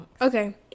Okay